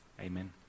Amen